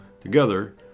Together